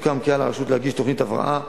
סוכם כי על הרשות להגיש תוכנית הבראה.